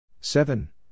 seven